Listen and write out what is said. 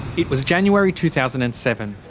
it was january two thousand and seven,